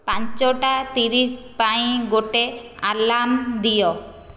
ପାଞ୍ଚଟା ତିରିଶ ପାଇଁ ଗୋଟେ ଆଲାର୍ମ ଦିଅ